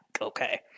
okay